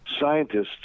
scientists